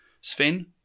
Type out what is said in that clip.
Sven